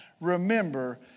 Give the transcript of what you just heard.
Remember